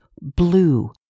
blue